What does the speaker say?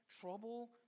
trouble